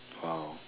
!wow!